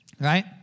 right